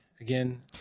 again